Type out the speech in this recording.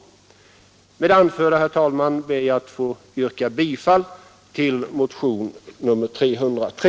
Med det anförda, herr talman, ber jag att få yrka bifall till motionen 303.